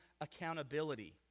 accountability